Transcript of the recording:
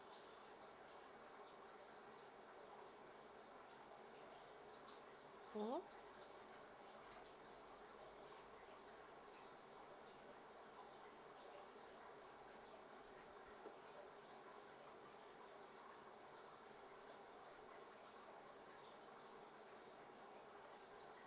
mmhmm